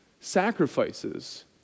sacrifices